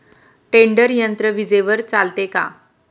Tedder यंत्र विजेवर चालते का?